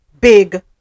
big